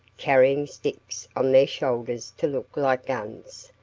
carrying sticks on their shoulders to look like guns,